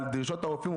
על דרישות הרופאים,